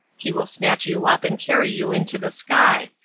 he will snatch you up and carry you into the sky,